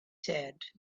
said